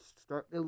start